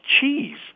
cheese